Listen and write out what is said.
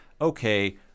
okay